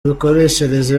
mikoreshereze